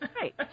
right